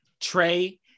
Trey